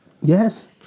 Yes